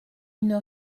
une